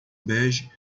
bege